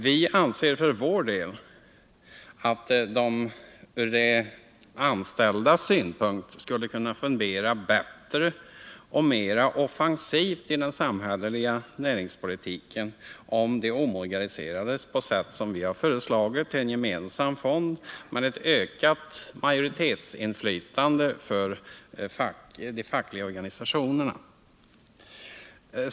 Vi anser för vår del att de från de anställdas synpunkt skulle kunna fungera bättre och mera offensivt i den samhälleliga näringspolitiken, om fonderna omorganiserades på det sätt som vi har föreslagit: en gemensam fond med ett ökat majoritetsinflytande för de fackliga organisationerna.